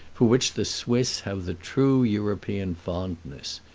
for which the swiss have the true european fondness.